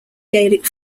gaelic